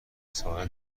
ساره